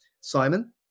Simon